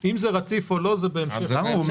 דיברנו על אנשים שבאים מבית חולים,